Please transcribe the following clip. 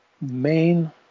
main